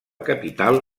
capital